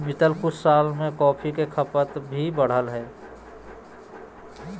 बीतल कुछ साल में कॉफ़ी के खपत भी बढ़लय हें